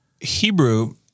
Hebrew